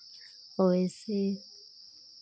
और ऐसे